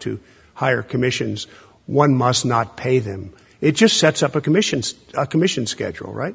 to hire commissions one must not pay them it just sets up a commission a commission schedule right